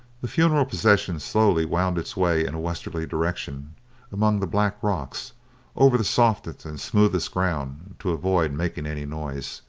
the funeral procession slowly wound its way in a westerly direction among the black rocks over the softest and smoothest ground to avoid making any noise.